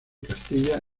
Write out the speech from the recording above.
castilla